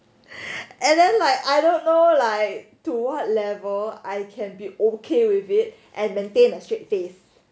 and then like I don't know like to what level I can be okay with it and maintain a straight face